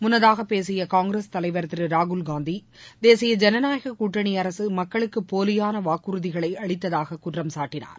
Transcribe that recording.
முன்னதாக பேசிய காங்கிரஸ் தலைவர் திரு ராகுல் காந்தி தேசிய ஜனநாயக கூட்டணி அரசு மக்களுக்கு போலியான வாக்குறுதிகளை அளித்ததாக குற்றம் சாட்டினார்